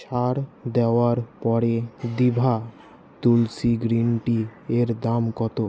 ছাড় দেওয়ার পরে দিভা তুলসি গ্রিন টিয়ের দাম কতো